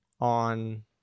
on